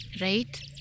right